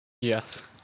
Yes